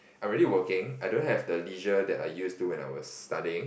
I'm already working I don't have the leisure that I used to when I was studying